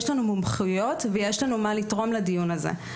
יש לנו מומחיות, ויש לנו מה לתרום לדיון הזה.